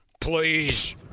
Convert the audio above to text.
please